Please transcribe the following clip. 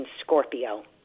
Scorpio